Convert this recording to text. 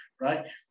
right